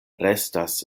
restas